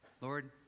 Lord